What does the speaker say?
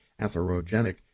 atherogenic